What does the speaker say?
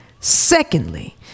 Secondly